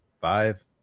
five